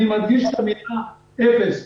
אני מדגיש את המילה אפס.